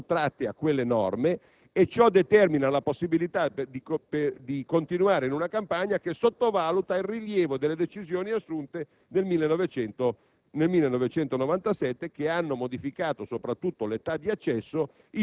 anzianità di legislature già effettuate sono in larga misura sottratti a quelle norme e ciò determina la possibilità di continuare in una campagna che sottovaluta il rilievo delle decisioni assunte nel 1997,